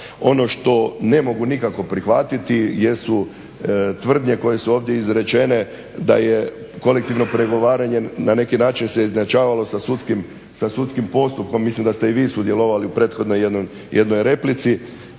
Ono što ne mogu nikako prihvatiti jesu tvrdnje koje su ovdje izrečene da je kolektivno pregovaranje na neki način se izjednačavalo sa sudskim postupkom. Mislim da ste i vi sudjelovali u prethodnoj jednoj replici,